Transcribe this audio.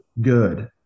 good